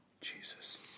Jesus